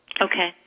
Okay